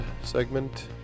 segment